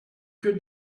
que